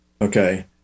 okay